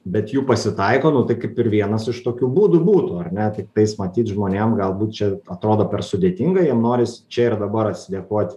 bet jų pasitaiko nu tai kaip ir vienas iš tokių būdų būtų ar ne tiktais matyt žmonėm galbūt čia atrodo per sudėtinga jiem noris čia ir dabar atsidėkot